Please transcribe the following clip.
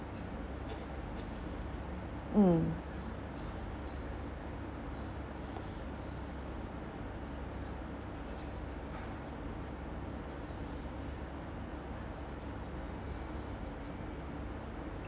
mm